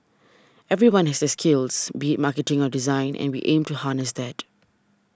everyone has their skills be marketing or design and we aim to harness that